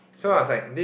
ya